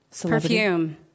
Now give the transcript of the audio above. Perfume